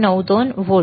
92 volt